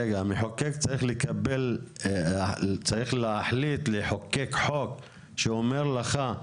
רגע, המחוקק צריך להחליט, לחוקק חוק שאומר לך,